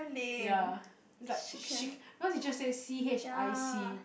ya is like shit because he just say C H I C